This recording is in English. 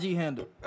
handle